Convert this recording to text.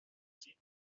sie